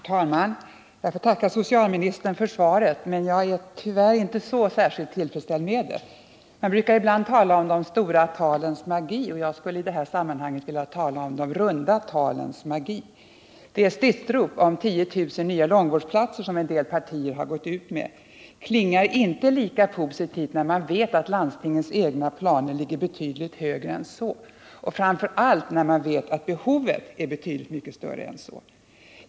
Herr talman! Jag får tacka socialministern för svaret på min fråga, men jag är tyvärr inte särskilt tillfredsställd med det. Man brukar ibland tala om de stora talens magi, och jag skulle i det här sammanhanget vilja tala om de runda talens magi. Det stridsrop om 10 000 nya långvårdsplatser som en del partier har gått ut med klingar inte lika positivt när man vet, att landstingens egna planer ligger betydligt högre och framför allt att behovet är betydligt större än så.